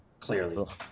Clearly